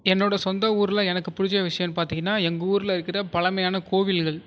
என்னோட சொந்த ஊரில் எனக்கு பிடிச்ச விஷயோன்னு பார்த்திங்கன்னா எங்க ஊருலருக்கிற பழமையான கோவில்கள்